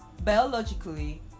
biologically